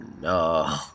no